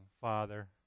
Father